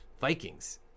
Vikings